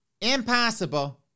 impossible